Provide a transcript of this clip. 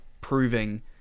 proving